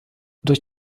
durch